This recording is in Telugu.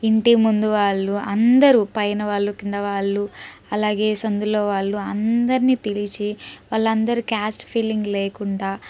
ఇంటి ముందు వాళ్ళు అందరూ పైన వాళ్ళు కింద వాళ్ళు అలాగే సందులో వాళ్ళు అందరిని పిలిచి వాళ్ళందరూ క్యాస్ట్ ఫీలింగ్ లేకుండా